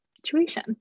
situation